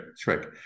trick